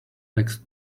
next